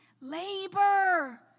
labor